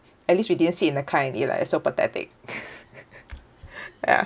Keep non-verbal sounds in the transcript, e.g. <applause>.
at least we didn't sit in the car and eat lah it's so pathetic <laughs> ya